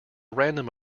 random